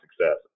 success